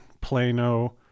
Plano